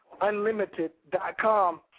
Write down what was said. Unlimited.com